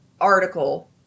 article